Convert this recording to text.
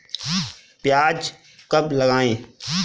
प्याज कब लगाएँ?